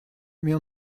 mais